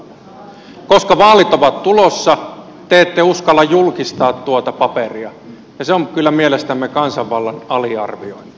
koska vaalit ovat tulossa te ette uskalla julkistaa tuota paperia ja se on kyllä mielestämme kansanvallan aliarviointia